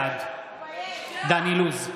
בעד דן אילוז,